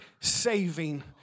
saving